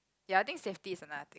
ya I think safety is another thing